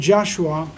Joshua